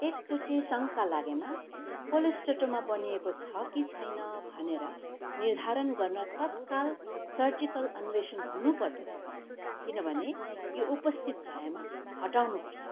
एकचोटि शङ्का लागेमा कोलेस्टेटोमा बनिएको छ कि छैन भनेर निर्धारण गर्न तत्काल सर्जिकल अन्वेषण हुनुपर्दछ किनभने यो उपस्थित भएमा हटाउनु पर्छ